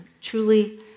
truly